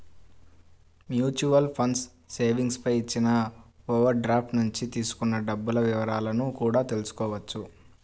mutual funds savings పై ఇచ్చిన overdraft నుంచి తీసుకున్న డబ్బుల వివరాలను కూడా తెల్సుకోవచ్చు